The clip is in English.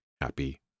happy